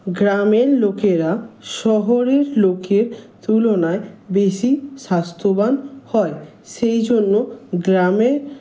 গ্রামের লোকেরা শহরের লোকের তুলনায় বেশি স্বাস্থ্যবান হয় সেই জন্য গ্রামে